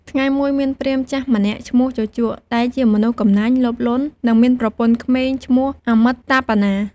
ថ្ងៃមួយ មានព្រាហ្មណ៍ចាស់ម្នាក់ឈ្មោះ ជូជក ដែលជាមនុស្សកំណាញ់ លោភលន់ និងមានប្រពន្ធក្មេងឈ្មោះ អមិត្តតាបនា។